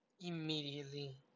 immediately